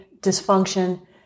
dysfunction